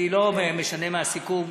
אני לא משנה מהסיכום,